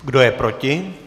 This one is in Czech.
Kdo je proti?